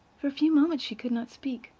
for a few moments she could not speak.